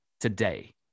Today